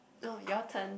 oh your turn